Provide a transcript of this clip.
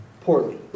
poorly